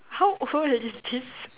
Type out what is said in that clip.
how old is this